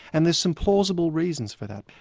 and there's some plausible reasons for that.